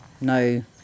no